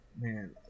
Man